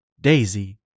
Daisy